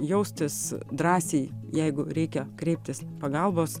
jaustis drąsiai jeigu reikia kreiptis pagalbos